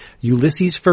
Ulysses